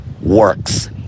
works